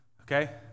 okay